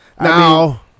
Now